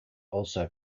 also